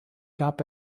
gab